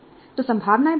तो संभावनाएं बहुत हैं